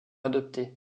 adoptés